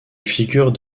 figure